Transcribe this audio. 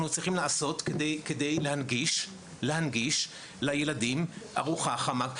צריכים לעשות כדי להנגיש לילדים ארוחה חמה,